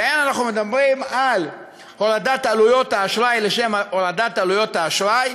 ואין אנחנו מדברים על הורדת עלויות האשראי לשם הורדת עלויות האשראי,